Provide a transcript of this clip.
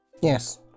Yes